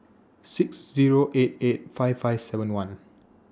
six Zero eight eight five five seven one